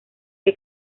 que